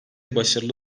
başarılı